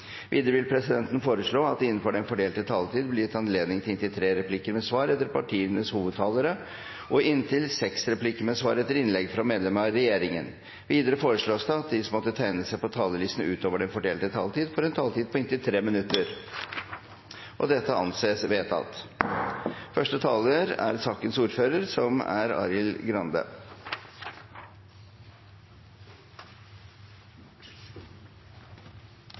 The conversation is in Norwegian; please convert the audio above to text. Videre vil presidenten foreslå at det – innenfor den fordelte taletid – blir gitt anledning til inntil tre replikker med svar etter partienes hovedtalere og inntil seks replikker med svar etter innlegg fra medlemmer av regjeringen. Videre foreslås det at de som måtte tegne seg på talerlisten utover den fordelte taletid, får en taletid på inntil 3 minutter. – Det anses vedtatt. Vi har alle hørt historiene om det som